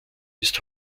ist